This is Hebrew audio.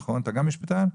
אתה גם משפטן?